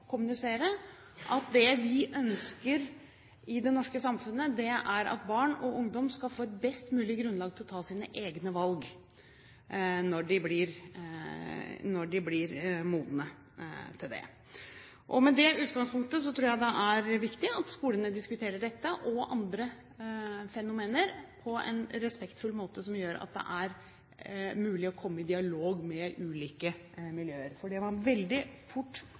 kommunisere at det vi ønsker i det norske samfunnet, er at barn og ungdom skal få best mulig grunnlag til å ta sine egne valg når de blir modne til det. Med det utgangspunktet tror jeg det er viktig at skolene diskuterer dette og andre fenomener på en respektfull måte, som gjør at det er mulig å komme i dialog med ulike miljøer. For det man veldig fort